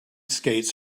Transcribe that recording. skates